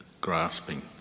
grasping